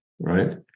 right